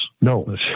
no